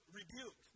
rebuke